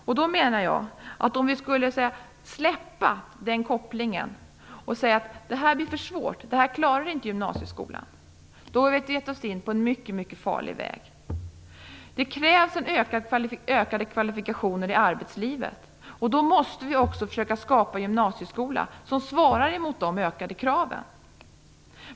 Om vi skulle släppa den kopplingen och säga att detta blir för svårt, att gymnasieskolan inte klarar detta, har vi gett oss in på en mycket farlig väg. Det krävs ökade kvalifikationer i arbetslivet. Därför måste vi också försöka skapa en gymnasieskola som svarar mot de ökade kraven.